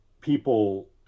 people